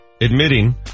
admitting